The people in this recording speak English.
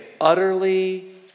utterly